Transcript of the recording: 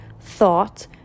thought